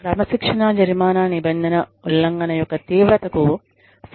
క్రమశిక్షణా జరిమానా నిబంధన ఉల్లంఘన యొక్క తీవ్రతకు సహేతుకంగా ఉందా